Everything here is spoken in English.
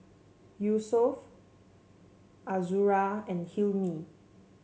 Yusuf Azura and Hilmi